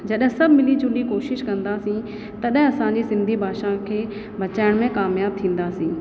जॾहिं सभु मिली झुली कोशिशि कंदासीं तॾहिं असांजी सिंधी भाषा खे बचाइण में कामयाब थींदासीं